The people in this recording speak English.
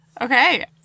Okay